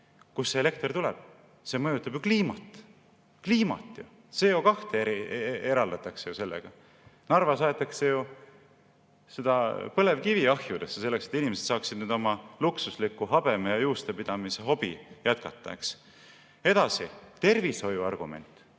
Kust elekter tuleb? See mõjutab ju kliimat. Kliimat! CO2eraldatakse ju sellega! Narvas aetakse põlevkivi ahjudesse, selleks et inimesed saaksid oma luksuslikku habeme ja juuste pidamise hobi jätkata. Edasi, tervishoiu argument.